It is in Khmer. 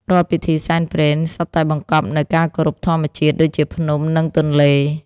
រាល់ពិធីសែនព្រេន សុទ្ធតែបង្កប់នូវការគោរពធម្មជាតិ ដូចជាភ្នំ និងទន្លេ។